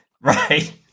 right